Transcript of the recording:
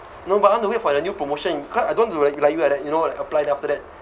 no but I want to wait for the new promotion cause I don't want to like you like that you know like apply then after that